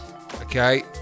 Okay